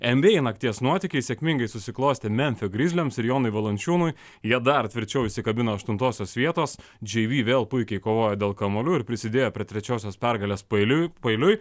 nba nakties nuotykiai sėkmingai susiklostė memfio grizliams ir jonui valančiūnui jie dar tvirčiau įsikabino aštuntosios vietos jv vėl puikiai kovojo dėl kamuolių ir prisidėjo prie trečiosios pergales paeiliui paeiliui